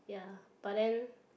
ya but then